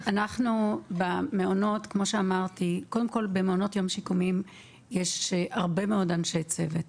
במעונות יום שיקומיים יש הרבה מאוד אנשי צוות.